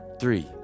three